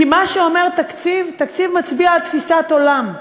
כי מה שאומר תקציב, תקציב מצביע על תפיסת עולם.